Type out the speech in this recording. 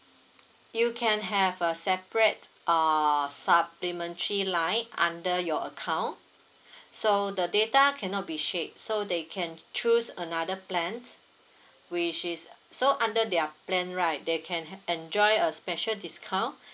you can have a separate err supplementary line under your account so the data cannot be so they can choose another plans which is uh so under their plan right they can ha~ enjoy a special discount